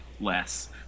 less